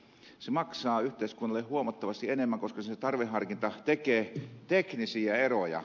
se maksaa yhteiskunnalle huomattavasti enemmän koska se tarveharkinta tekee teknisiä eroja